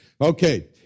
Okay